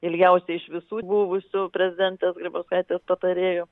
ilgiausiai iš visų buvusių prezidentės grybauskaitės patarėjų